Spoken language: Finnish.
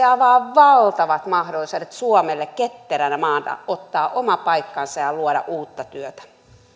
avaa valtavat mahdollisuudet suomelle ketteränä maana ottaa oma paikkansa ja luoda uutta työtä